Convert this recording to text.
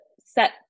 set